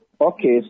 Okay